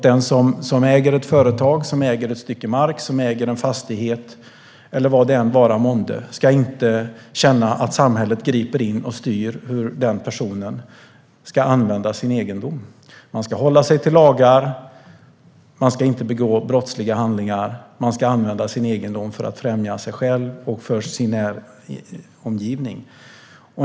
Den som äger ett företag, ett stycke mark, en fastighet eller vad det än vara månde ska inte känna att samhället griper in och styr hur den personen ska använda sin egendom. Man ska hålla sig till lagar, och man ska inte begå brottsliga handlingar. Man ska använda sin egendom för att främja sig själv och sin omgivning.